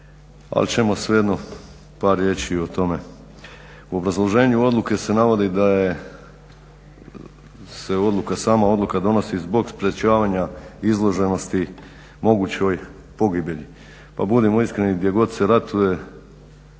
ali ćemo svejedno par riječi o tome. U obrazloženju odluke se navodi da je, se odluka, sama odluka donosi zbog sprječavanja izloženosti mogućoj pogibelji. Pa budimo iskreni gdje god se ratuje